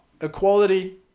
equality